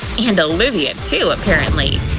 and olivia too, apparently!